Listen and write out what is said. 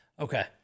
Okay